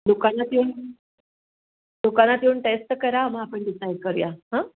दुकानात येऊन दुकानात येऊन टेस्ट तर करा मग आपण डिसाईड करूया हां